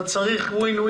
אתה צריך Win-win,